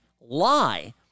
lie